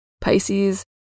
Pisces